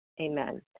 Amen